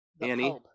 Annie